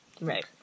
Right